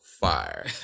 fire